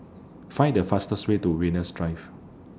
Find The fastest Way to Venus Drive